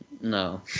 No